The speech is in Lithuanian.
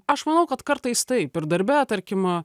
aš manau kad kartais taip ir darbe tarkim